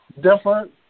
different